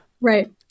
Right